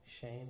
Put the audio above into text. shame